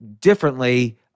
differently